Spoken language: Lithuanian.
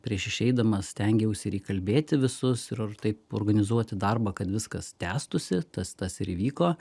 prieš išeidamas stengiausi ir įkalbėti visus ir taip organizuoti darbą kad viskas tęstųsi tas tas ir įvyko